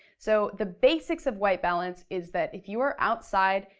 so the basics of white balance is that if you are outside,